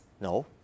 No